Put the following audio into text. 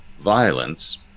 violence